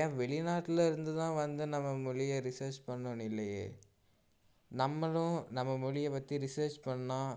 ஏன் வெளிநாட்லருந்து தான் வந்து நம்ம மொழியை ரிசர்ச் பண்ணணு இல்லையே நம்மளும் நம்ம மொழியை பற்றி ரிசர்ச் பண்ணால்